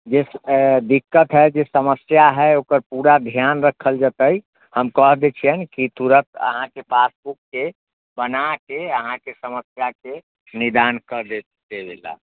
जे दिक्कत है जे समस्या है ओकर पूरा ध्यान रक्खल जेतै हम कह दै छियनि कि तुरत अहाँके पासबुकके बनाके अहाँके समस्याके निदान कऽ देबै लए